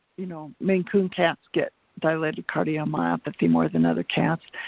you know, maine coon cats get dilated cardiomyopathy more than other cats.